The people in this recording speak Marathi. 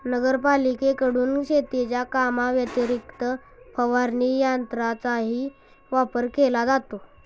नगरपालिकेकडून शेतीच्या कामाव्यतिरिक्त फवारणी यंत्राचाही वापर केला जातो